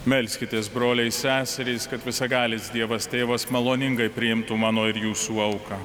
melskitės broliai ir seserys kad visagalis dievas tėvas maloningai priimtų mano ir jūsų auką